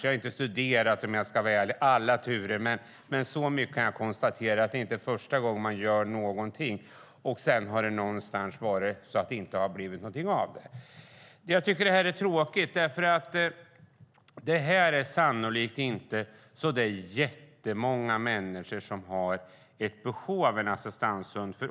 Jag har om jag ska vara ärlig inte studerat alla turer, men så mycket kan jag säga att det inte är första gången som man gör någonting som det sedan inte blir något av. Det är tråkigt, för det är sannolikt inte så jättemånga som har behov av assistanshund.